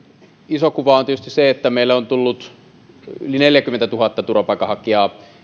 iso kuva on tietysti se että meille on tullut yli neljäkymmentätuhatta turvapaikanhakijaa